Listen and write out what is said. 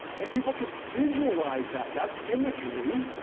and people can visualize that. that's imagery.